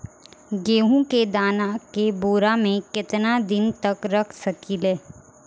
गेहूं के दाना के बोरा में केतना दिन तक रख सकिले?